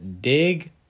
dig